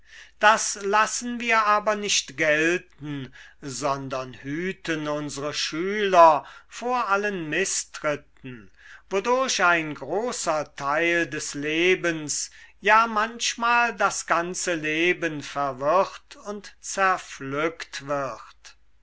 das lassen wir aber nicht gelten sondern hüten unsere schüler vor allen mißtritten wodurch ein großer teil des lebens ja manchmal das ganze leben verwirrt und zerpflückt wird